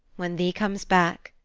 when thee comes back,